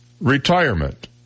retirement